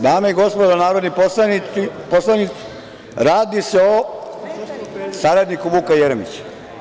Dame i gospodo narodni poslanici, radi se o saradniku Vuka Jeremića.